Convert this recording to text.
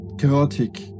chaotic